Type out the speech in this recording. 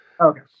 okay